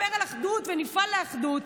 נדבר על אחדות ונפעל לאחדות,